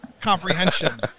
comprehension